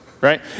right